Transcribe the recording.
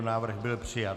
Návrh byl přijat.